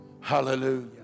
Hallelujah